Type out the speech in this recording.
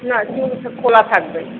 না চুল খোলা থাকবে